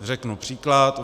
Řeknu příklad.